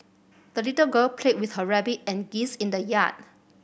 the little girl played with her rabbit and geese in the yard